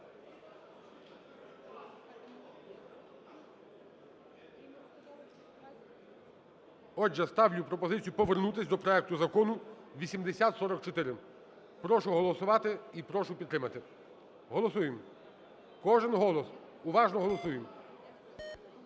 Отже, ставлю пропозицію повернутись до проекту Закону 8044. Прошу голосувати і прошу підтримати. Голосуємо. Кожен голос уважно голосуємо.